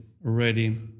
ready